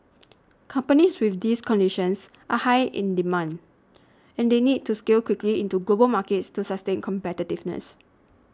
companies with these conditions are high in demand and they need to scale quickly into global markets to sustain competitiveness